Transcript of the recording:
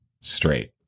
straight